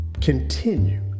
continue